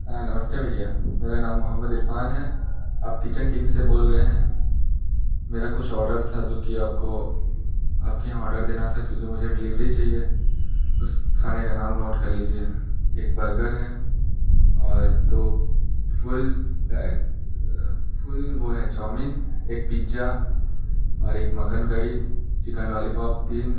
हाँ नमस्ते भैया मेरा नाम मोहम्मद इरफ़ान है आप किचेन किंग से बोल रहे हैं मेरा कुछ ऑडर था जो कि आप को आपके यहाँ ऑर्डर देना था क्योंकि मुझे डिलीवरी चाहिए उस खाने का नाम नोट कर लीजिए एक बर्गर है और दो फुल फुल वो है चाउमिन एक पिज्जा और एक मक्खन कड़ी चिकेन लॉलीपॉप तीन